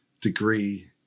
degree